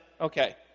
Okay